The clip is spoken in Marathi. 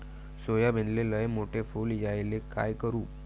सोयाबीनले लयमोठे फुल यायले काय करू?